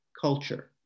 culture